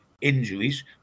injuries